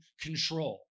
control